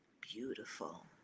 beautiful